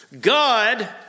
God